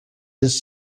his